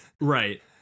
right